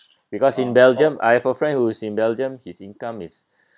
because in belgium I have a friend who's in belgium his income is